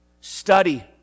study